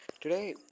Today